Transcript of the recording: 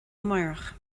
amárach